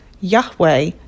Yahweh